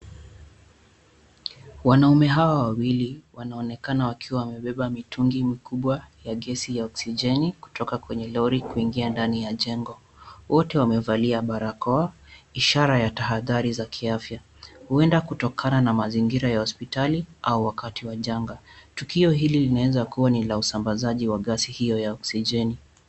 Wanaume hawa wawili wanaonekana wakiwa wamebeba mitungi mikubwa ya gesi ya oksijeni kutoka kwenye lori kuingia ndani ya jengo. Wote wamevalia barakoa ishara ya tahadhari za kiafya, huenda kutokana na mazingira ya hospitali au wakati wa janga. Tukio hili linaweza kuwa ni la usambazaji wa gesi hiyo ya oksijeni.